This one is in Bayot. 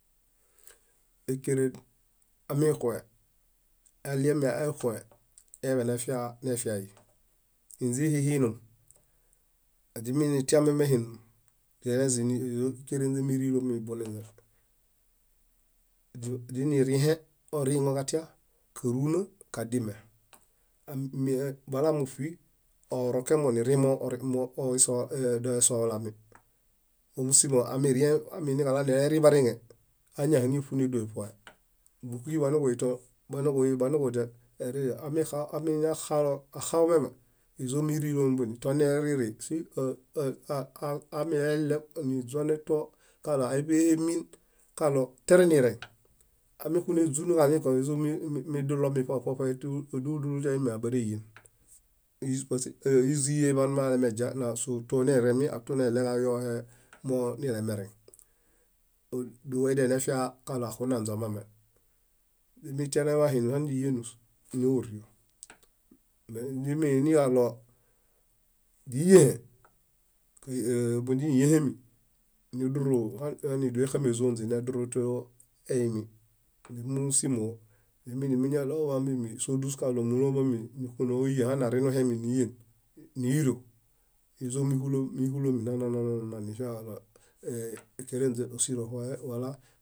Ékeren amikũe aɭiemi amikũe, eyaḃinefiai inzihihinum źiminitiamemehinum źelezim izo íkerenze írilomi buninze. Zinirĩhe oriŋo katia, káruna, kadime. Min bala múṗi, orokemo nifia modoesohulami mómusimo aminiġaɭo anileherin bariŋe anihaŋeṗu nédoeṗoe bukibaniġuinto axaumiame ízomirilomi buni tonileriri amileɭew niźone to kaɭo ámeemin kaɭo tiare nireŋ amikuneeźunu kaɭinko nízomidulomi ṗohe ṗohe dúlu dúlu toemi abarelien ízieḃan moalemeźia naso tnereŋmi atoneeɭew kayohe moelemereŋ moediale nefiaġaɭo akunanze omame źimitiaeḃan hinum haniźiyienus iñaḃaniɽio źiminiġali źíyiẽhe, móźiyiehemi niduru hani doexame zónze neduru toemi. Mósimo ominimuniġaɭo sódus kaɭo múlomami nixunooyien hani arĩhengohemin níyien níyiro nízomixulomi ɭãɭãɭã nifiaġaɭo íkierenze ísiro ṗohe wala.